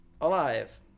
alive